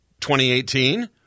2018